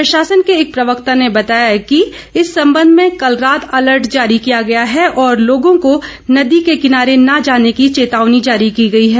प्रशासन के एक प्रवक्ता ने बताया कि इस संबंध में कल रात अलर्ट जारी किया गया है और लोगों को नदी के किनारे न जाने की चेतावनी जारी की गई है